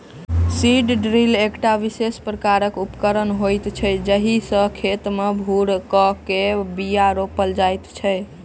seed drill एकटा विशेष प्रकारक उपकरण होइत छै जाहि सॅ खेत मे भूर क के बीया रोपल जाइत छै